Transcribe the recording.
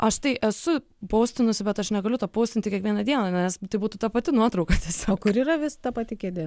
aš tai esu poustinusi bet aš negaliu to poustinti kiekvieną dieną nes tai būtų ta pati nuotrauka tiesiog kur yra vis ta pati kėdė